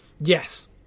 Yes